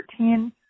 13